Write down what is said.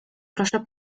proszę